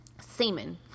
semen